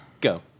go